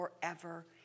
forever